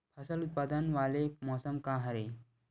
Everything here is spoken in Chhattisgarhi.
फसल उत्पादन वाले मौसम का हरे?